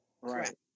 Right